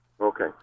Okay